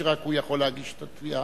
שרק הוא יכול להגיש את התביעה.